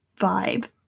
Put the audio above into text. vibe